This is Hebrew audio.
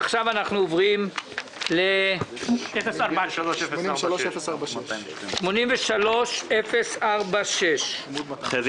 אנחנו עוברים לבקשה מס' 83-049 בעמוד 218. הפנייה